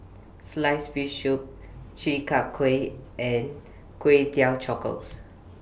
Sliced Fish Soup Chi Kak Kuih and Kway Teow